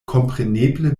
kompreneble